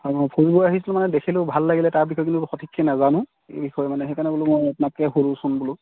হয় মই ফুৰিব আহিছিলোঁ মানে দেখিলোঁ ভাল লাগিল তাৰ বিষয়ে কিন্তু সঠিককে নাজানো এই বিষয়ে মানে সেইকাৰে বোলো মই আপোনাকে সুধু চোন বোলো